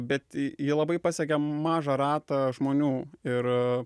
bet ji ji labai pasiekė m mažą ratą žmonių ir